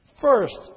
First